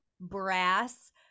brass